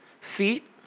feet